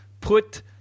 put